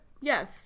Yes